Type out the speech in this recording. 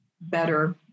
better